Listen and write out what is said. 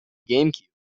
gamecube